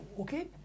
okay